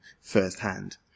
firsthand